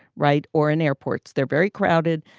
right. or in airports. they're very crowded.